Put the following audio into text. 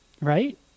Right